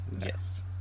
Yes